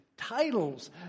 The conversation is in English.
Titles